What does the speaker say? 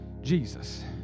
Jesus